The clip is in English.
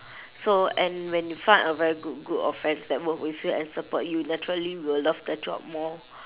so and when you find a very good group of friends that work with you and support you naturally will love the job more